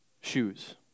shoes